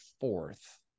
fourth